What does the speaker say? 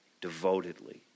devotedly